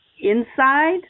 inside